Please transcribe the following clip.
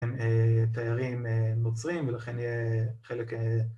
הם תיירים נוצרים ולכן יהיה חלק